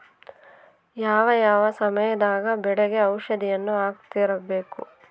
ಯಾವ ಯಾವ ಸಮಯದಾಗ ಬೆಳೆಗೆ ಔಷಧಿಯನ್ನು ಹಾಕ್ತಿರಬೇಕು?